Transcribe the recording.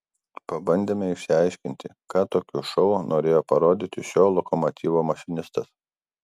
pabandėme išsiaiškinti ką tokiu šou norėjo parodyti šio lokomotyvo mašinistas